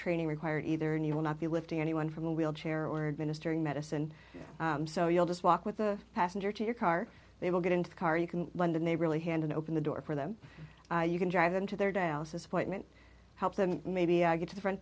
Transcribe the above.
training required either and you will not be lifting anyone from a wheelchair or administering medicine so you'll just walk with the passenger to your car they will get into the car you can land and they really hand and open the door for them you can drive them to their dialysis appointment help them maybe i get to the front